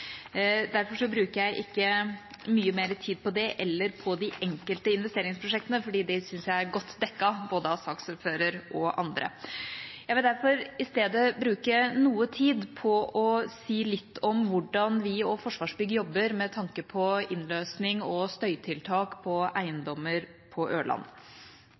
Derfor bruker jeg ikke mye mer tid på det eller på de enkelte investeringsprosjektene, for de syns jeg er godt dekket av både saksordfører og andre. Jeg vil derfor i stedet bruke noe tid på å si litt om hvordan vi og Forsvarsbygg jobber med tanke på innløsning og støytiltak på eiendommer på Ørland.